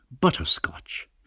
Butterscotch